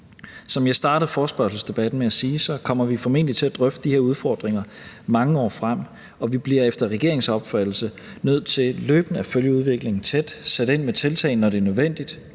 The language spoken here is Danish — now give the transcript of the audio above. Som jeg startede forespørgselsdebatten med at sige, kommer vi formentlig til at drøfte de her udfordringer mange år frem, og vi bliver efter regeringens opfattelse nødt til løbende at følge udviklingen tæt, sætte ind med tiltag, når det er nødvendigt,